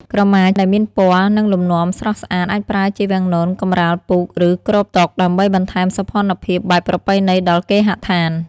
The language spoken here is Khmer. ក្រមាដែលមានពណ៌ និងលំនាំស្រស់ស្អាត អាចប្រើជាវាំងនន កម្រាលពូក ឬគ្របតុ ដើម្បីបន្ថែមសោភ័ណភាពបែបប្រពៃណីដល់គេហដ្ឋាន។